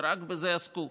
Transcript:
ורק בזה עסקו.